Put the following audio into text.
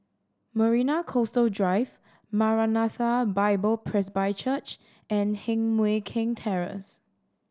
Marina Coastal Drive Maranatha Bible Presby Church and Heng Mui Keng Terrace